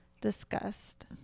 discussed